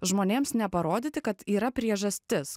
žmonėms neparodyti kad yra priežastis